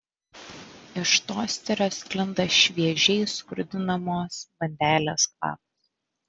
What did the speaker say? iš tosterio sklinda šviežiai skrudinamos bandelės kvapas